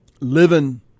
living